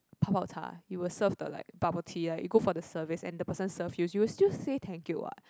you were serve the like bubble tea like you go for the service and the person serve you you will still say thank you what